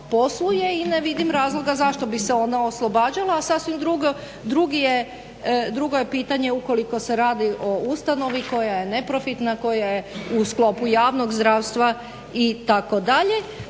posluje i ne vidim razloga zašto bi se ona oslobađala, a sasvim drugo je pitanje ukoliko se radi o ustanovi koja je neprofitna, koja je u sklopu javnog zdravstva itd.